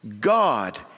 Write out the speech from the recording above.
God